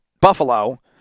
Buffalo